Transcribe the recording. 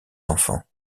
enfants